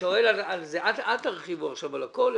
אל תרחיבו עכשיו על הכול.